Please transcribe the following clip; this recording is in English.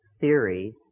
theory